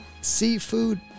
seafood